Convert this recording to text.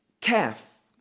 calf